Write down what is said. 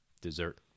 dessert